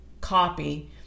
copy